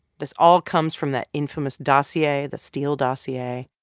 this all comes from that infamous dossier, the steele dossier.